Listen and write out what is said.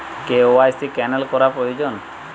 KYC cancel করা প্রয়োজন?